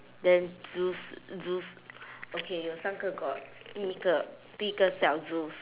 then zeus zeus okay 有三个 gods 第一个第一个小 zues